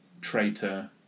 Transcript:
traitor